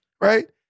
right